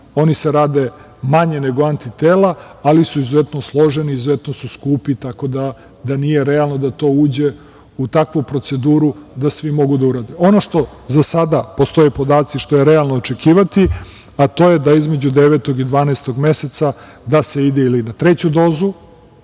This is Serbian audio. Oni se rade manje nego antitela, ali su izuzetno složeni i izuzetno su skupi. Tako da nije realno da to uđe u takvu proceduru da svi mogu da urade. Ono što za sada postoje podaci, što je realno očekivati, a to je da se između devetog i dvanaestog meseca ide na na treću dozu